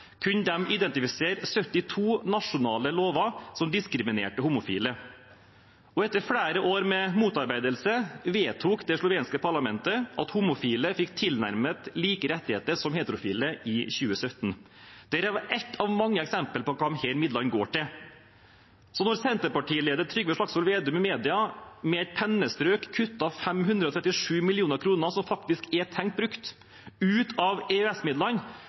identifisere 72 nasjonale lover som diskriminerte homofile. Og etter flere år med motarbeidelse vedtok det slovenske parlamentet i 2017 at homofile fikk tilnærmet like rettigheter som heterofile. Dette er ett av mange eksempler på hva disse midlene går til. Så når Senterparti-leder Trygve Slagsvold Vedum i media med et pennestrøk kutter 537 mill. kr i EØS-midlene som faktisk er tenkt brukt,